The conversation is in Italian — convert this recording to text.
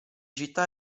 città